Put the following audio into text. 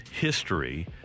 history